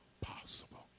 possible